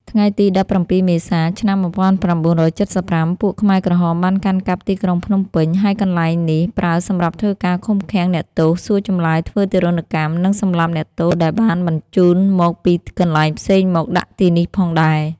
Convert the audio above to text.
ថ្ងៃទី ១៧ មេសា ឆ្នាំ១៩៧៥ពួកខ្មែរក្រហមបានកាន់កាប់ទីក្រុងភ្នំពេញ ហើយកន្លែងនេះប្រើសម្រាប់ធ្វើការឃុំឃាំងអ្នកទោសសួរចម្លើយធ្វើទារុណកម្ម និងសម្លាប់អ្នកទោសដែលបានបញ្ចូនមកពីកន្លែងផ្សេងមកដាក់ទីនេះផងដែរ។